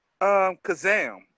Kazam